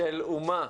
של אומה,